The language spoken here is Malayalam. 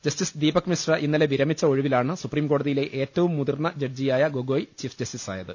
ജസ്റ്റിസ് ദീപക് മിശ്ര ഇന്നലെ വിരമിച്ച ഒഴി വിലാണ് സുപ്രീം കോടതിയിലെ ഏറ്റവും മുതിർന്ന ജഡ്ജിയായ ഗൊഗോയി ചീഫ് ജസ്റ്റിസായത്